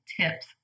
tips